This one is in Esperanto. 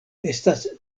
estas